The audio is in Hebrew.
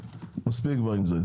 מספיק עם זה.